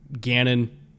Gannon